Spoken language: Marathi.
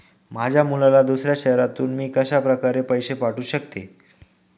माझ्या मुलाला दुसऱ्या शहरातून मी कशाप्रकारे पैसे पाठवू शकते?